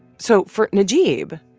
so for najeeb,